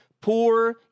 poor